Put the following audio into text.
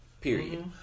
Period